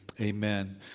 amen